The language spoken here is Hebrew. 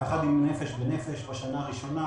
יחד עם "נפש בנפש" בשנה הראשונה,